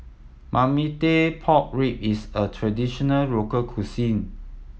marmite pork rib is a traditional local cuisine